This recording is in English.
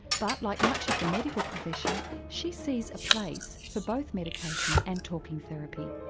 but like much of the medical profession she sees a place for both medication and talking therapy.